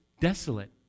desolate